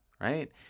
right